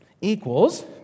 equals